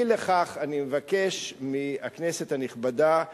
אי לכך, אני מבקש מהכנסת הנכבדה לאשר.